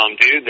dude